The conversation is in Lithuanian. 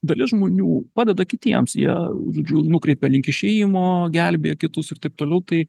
dalis žmonių padeda kitiems jie žodžiu nukreipia link išėjimo gelbėja kitus ir taip toliau tai